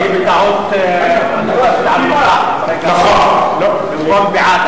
אני בטעות לחצתי על נמנע, במקום בעד.